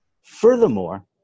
Furthermore